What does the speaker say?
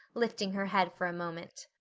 lifting her head for a moment.